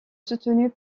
soutenue